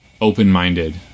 open-minded